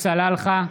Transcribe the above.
נגד בצלאל סמוטריץ'